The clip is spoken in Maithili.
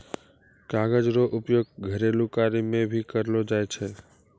कागज रो उपयोग घरेलू कार्य मे भी करलो जाय छै